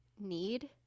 need